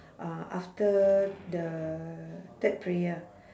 uh after the third prayer